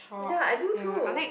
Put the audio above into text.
ya I do too